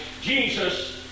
Jesus